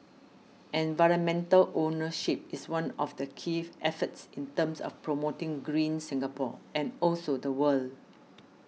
environmental ownership is one of the key efforts in terms of promoting green Singapore and also the world